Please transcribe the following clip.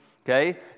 okay